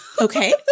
Okay